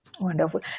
Wonderful